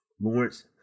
Lawrence